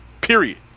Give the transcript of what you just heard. period